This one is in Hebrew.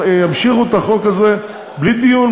שימשיכו עם החוק הזה בלי דיון,